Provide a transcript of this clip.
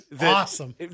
awesome